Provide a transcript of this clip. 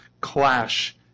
clash